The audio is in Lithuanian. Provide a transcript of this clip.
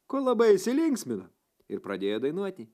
kol labai įsilinksmino ir pradėjo dainuoti